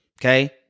Okay